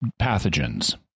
pathogens